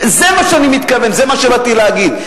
זה מה שאני מתכוון, זה מה שבאתי להגיד.